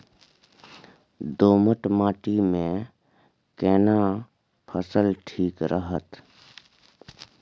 दोमट माटी मे केना फसल ठीक रहत?